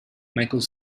michael